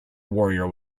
warrior